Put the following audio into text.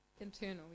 Internal